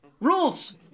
Rules